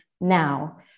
now